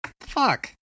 Fuck